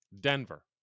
Denver